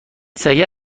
سگه